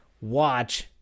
watch